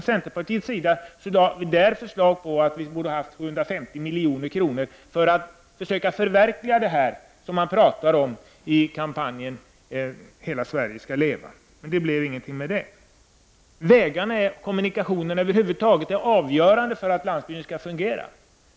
Centerpartiet har i detta sammanhang föreslagit 750 milj.kr. för att man skall förverkliga det som det har talats om i kampanjen Hela Sverige skall leva. Men av detta blev det ingenting. Kommunikationerna över huvud taget är avgörande för att landsbygden skall fungera.